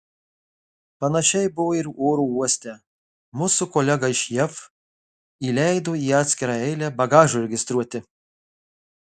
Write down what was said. panašiai buvo ir oro uoste mus su kolega iš jav įleido į atskirą eilę bagažui registruoti